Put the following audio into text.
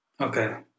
Okay